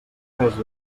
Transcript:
res